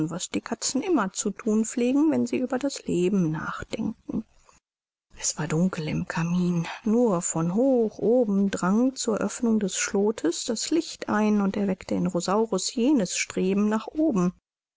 was die katzen immer zu thun pflegen wenn sie über das leben nachdenken es war dunkel im kamin nur von hoch oben drang zur oeffnung des schlotes das licht ein und erweckte in rosaurus jenes streben nach oben